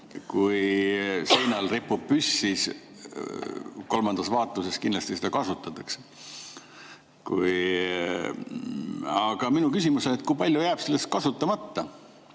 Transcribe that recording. kui seinal ripub püss, siis kolmandas vaatuses kindlasti seda kasutatakse. Aga minu küsimus: kui palju sellest jääb kasutamata?